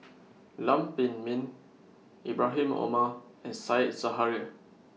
Lam Pin Min Ibrahim Omar and Said Zahari